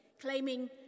claiming